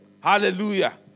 Hallelujah